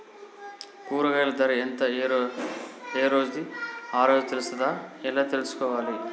కూరగాయలు ధర ఎంత ఏ రోజుది ఆ రోజే తెలుస్తదా ఎలా తెలుసుకోవాలి?